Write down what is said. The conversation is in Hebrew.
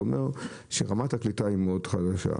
זה אומר שרמת הקליטה היא מאוד חלשה.